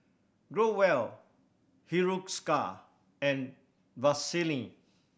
Growell Hiruscar and Vaselin